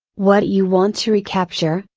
what you want to recapture,